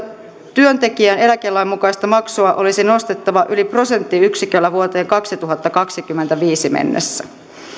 työntekijän eläkelain mukaista maksua olisi nostettava yli prosenttiyksiköllä vuoteen kaksituhattakaksikymmentäviisi mennessä